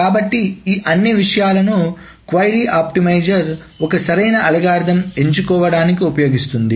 కాబట్టి ఈ అన్ని విషయాలను క్వరీ ఆప్టిమైజర్ ఒక సరైన అల్గోరిథం ఎంచుకోవడానికి ఉపయోగిస్తుంది